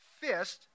fist